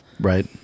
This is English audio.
right